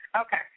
Okay